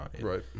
Right